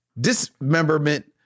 dismemberment